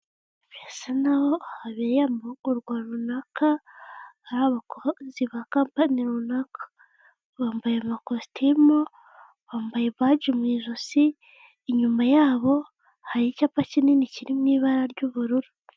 Birasa n'aho habereye amahugurwa runaka, hari abakozi ba kampani runaka. Bambaye amakositimu, bambaye baji mu ijosi, inyuma yabo hari icyapa kinini kiri mu ibara ry'ubururu.